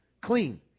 clean